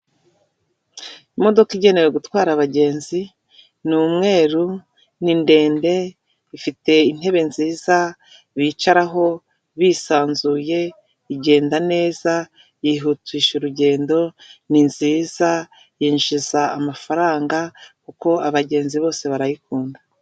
Imodoka igenewe gutwara abagenzi n’ umweru ni ndende ifite intebe nziza bicaraho bisanzuye igenda neza, yihutisha urugendo ninziza yinjiza amafaranga kuko abagenzi bose barayikunda.